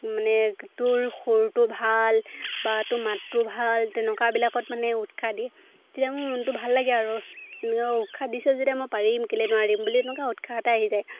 মানে তোৰ সুৰটো ভাল বা তোৰ মাতটো ভাল তেনেকুৱাবিলাকত মানে উৎসাহ দিয়ে তেতিয়া মোৰ মনটো ভাল লাগে আৰু এনেকুৱা উৎসাহ দিছে যেতিয়া মই পাৰিম কেলে নোৱাৰিম বুলি এনেকুৱা উৎসাহ এটা আহি যায়